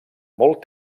molt